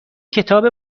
کتاب